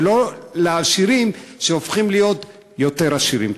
ולא לעשירים שהופכים להיות יותר עשירים.